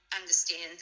Understand